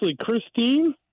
Christine